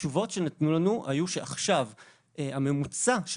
התשובות שנתנו לנו היו שעכשיו הממוצע של